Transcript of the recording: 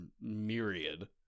myriad